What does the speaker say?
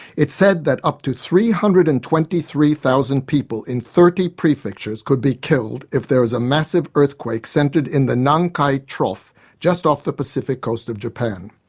it said that up to three hundred and twenty three thousand people in thirty prefectures could be killed if there is a massive earthquake centred in the nankai trough just off the pacific coast of japan.